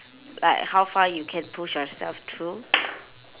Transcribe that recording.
like how far you can push yourself through